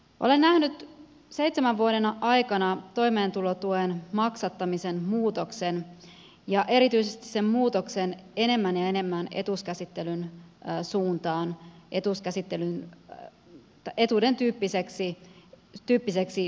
olen nähnyt seitsemän vuoden aikana toimeentulotuen maksattamisen muutoksen ja erityisesti sen muutoksen enemmän ja enemmän etuuskäsittelyn suuntaan etuuden tyyppiseksi toimeentulotueksi